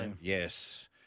Yes